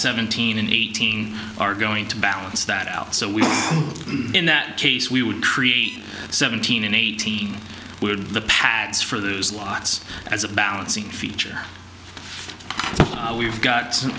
seventeen and eighteen are going to balance that out so we in that case we would create seventeen and eighteen we are the pads for those lots as a balancing feature we've got